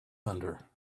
thunder